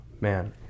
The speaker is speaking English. Man